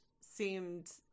seemed